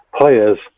players